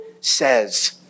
says